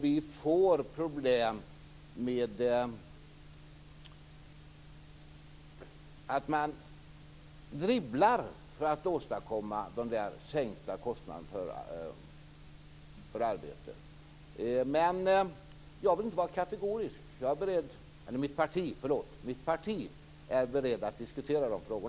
Vi får problem med att man dribblar för att åstadkomma sänkt skatt för arbete. Men jag vill inte vara kategorisk. Mitt parti är berett att diskutera dessa frågor.